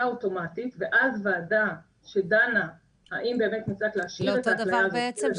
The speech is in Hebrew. אוטומטית ואז ועדה שדנה האם באמת -- זה אותו דבר בעצם,